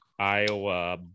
Iowa